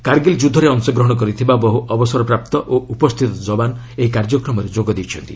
କାର୍ଗିଲ୍ ଯୁଦ୍ଧରେ ଅଂଶଗ୍ରହଣ କରିଥିବା ବହୁ ଅବସରପ୍ରାପ୍ତ ଓ ଉପସ୍ଥିତ ଯବାନ ଏହି କାର୍ଯ୍ୟକ୍ରମରେ ଯୋଗ ଦେଇଛନ୍ତି